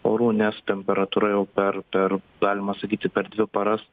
orų nes temperatūra jau per per galima sakyti per dvi paras